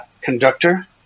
conductor